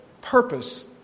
Purpose